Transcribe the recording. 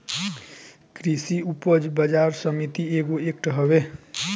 कृषि उपज बाजार समिति एगो एक्ट हवे